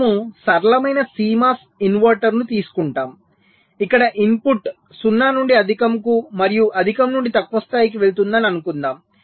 మనము సరళమైన CMOS ఇన్వర్టర్ను తీసుకుంటాము ఇక్కడ ఇన్పుట్ 0 నుండి అధికంకు మరియు అధికం నుండి తక్కువ స్థాయికి వెళుతుందని అనుకుందాం